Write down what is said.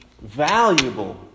valuable